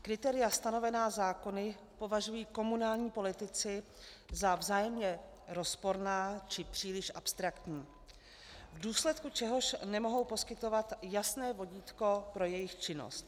Kritéria stanovená zákony považují komunální politici za vzájemně rozporná či příliš abstraktní, v důsledku čehož nemohou poskytovat jasné vodítko pro jejich činnost.